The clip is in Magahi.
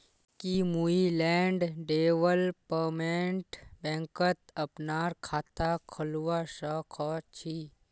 की मुई लैंड डेवलपमेंट बैंकत अपनार खाता खोलवा स ख छी?